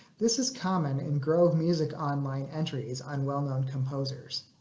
this is common in grove music online entries on well-known composers.